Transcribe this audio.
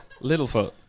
Littlefoot